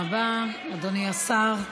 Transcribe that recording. תודה רבה, אדוני השר.